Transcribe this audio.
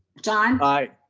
john. i.